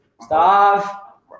Stop